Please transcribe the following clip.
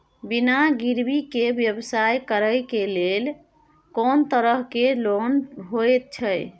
बिना गिरवी के व्यवसाय करै ले कोन तरह के लोन होए छै?